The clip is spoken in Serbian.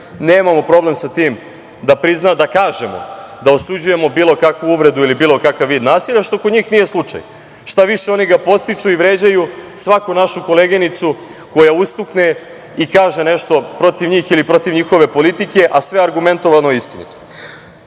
nemamo problem sa tim da kažemo da osuđujemo bilo kakvu uvredu ili bilo kakav vid nasilja, što kod njih nije slučaj. Šta više, oni ga podstiču i vređaju svaku našu koleginicu koja ustukne i kaže nešto protiv njih ili protiv njihove politike, a sve argumentovano i istinito. Šta